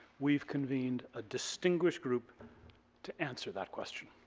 we've convened a distinguished group to answer that question.